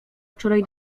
wczoraj